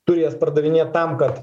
turės pardavinėt tam kad